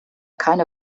keine